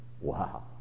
Wow